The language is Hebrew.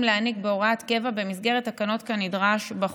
להעניק בהוראת קבע במסגרת תקנות כנדרש בחוק.